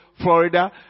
Florida